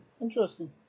interesting